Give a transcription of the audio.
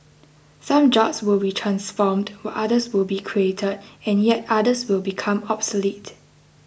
some jobs will be transformed while others will be created and yet others will become obsolete